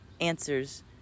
answers